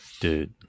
Dude